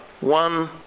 one